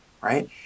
Right